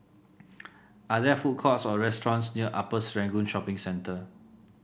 are there food courts or restaurants near Upper Serangoon Shopping Centre